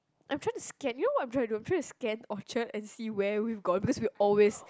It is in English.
I'm trying to scan you know what I'm trying to do I'm trying to scan Orchard and see where we've gone because we always